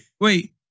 wait